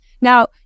Now